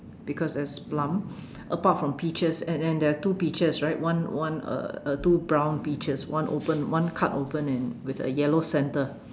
because there is plum apart from peaches and then there are two peaches right one one uh uh two brown peaches one open one cut open and with a one yellow centre